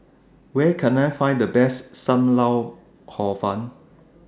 Where Can I Find The Best SAM Lau Hor Fun